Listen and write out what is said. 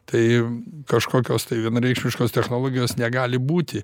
tai kažkokios tai vienareikšmiškos technologijos negali būti